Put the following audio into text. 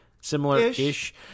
similar-ish